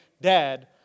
dad